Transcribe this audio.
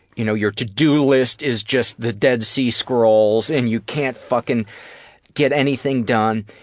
you know, your to do list is just the dead sea scrolls, and you can't fucking get anything done,